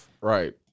Right